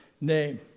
name